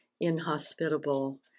inhospitable